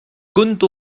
كنت